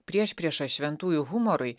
priešprieša šventųjų humorui